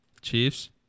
Chiefs